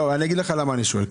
אני אגיד לך למה אני שואל.